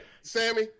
Sammy